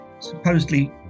supposedly